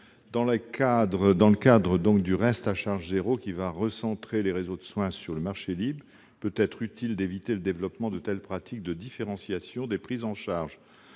de la réforme du reste à charge zéro, qui va recentrer les réseaux de soins sur le marché libre, il peut être utile d'éviter le développement de telles pratiques de différenciation des prises en charge.